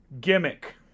gimmick